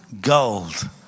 gold